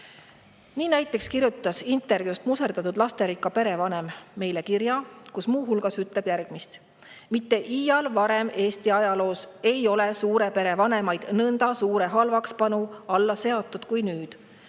Nii näiteks kirjutas intervjuust muserdatud lasterikka pere vanem meile kirja, kus muu hulgas ütleb järgmist: "Mitte iial varem Eesti ajaloos ei ole suure pere vanemaid nõnda suure halvakspanu alla seatud kui nüüd.